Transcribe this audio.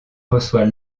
reçoit